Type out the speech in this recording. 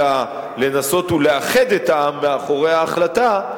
אלא לנסות לאחד את העם מאחורי ההחלטה,